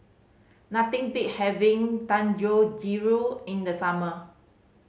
nothing beat having Dangojiru in the summer